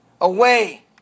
away